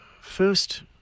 first